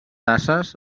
tasses